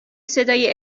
صدای